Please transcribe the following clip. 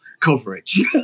coverage